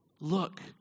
Look